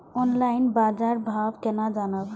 Online बाजार भाव केना जानब?